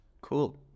cool